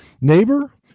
neighbor